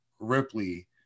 Ripley